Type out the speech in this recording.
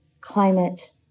climate